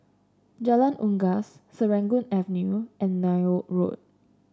Jalan Unggas Serangoon Avenue and Neil Road